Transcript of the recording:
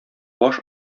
баш